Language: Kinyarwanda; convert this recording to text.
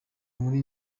muri